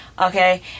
okay